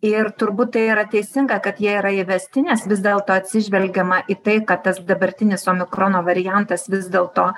ir turbūt tai yra teisinga kad jie yra įvesti nes vis dėlto atsižvelgiama į tai kad tas dabartinis omikrono variantas vis dėlto